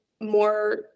more